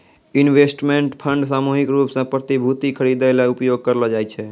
investment fund सामूहिक रूप सें प्रतिभूति खरिदै ल उपयोग करलो जाय छै